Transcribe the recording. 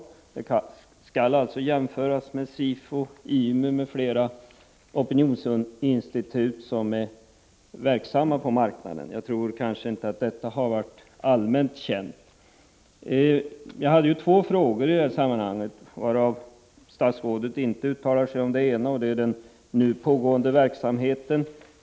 Den skall alltså jämföras med SIFO, IMU m.fl. opinionsinstitut som är verksamma på marknaden. Jag tror inte detta varit allmänt känt. Jag hade två frågor, varav statsrådet inte alls uttalar sig om en, nämligen den nu pågående verksamheten.